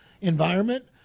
environment